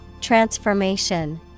Transformation